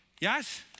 Yes